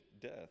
death